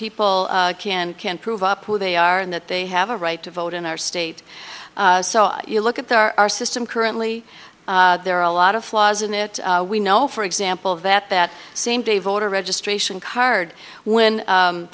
people can can prove up who they are and that they have a right to vote in our state so you look at there are systems currently there are a lot of flaws in it we know for example that that same day voter registration card when